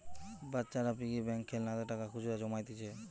বাচ্চারা piggy bank খেলনাতে টাকা খুচরা জমাইতিছে